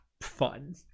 fun